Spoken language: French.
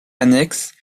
annexes